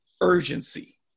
urgency